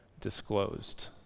disclosed